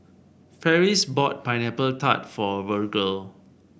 Farris bought Pineapple Tart for Virgle